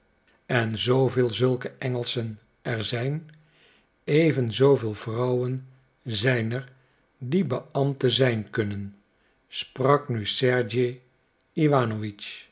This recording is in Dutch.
en zooveel zulke engelschen er zijn even zooveel vrouwen zijn er die beambte zijn kunnen sprak nu sergej